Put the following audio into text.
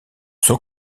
son